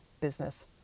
business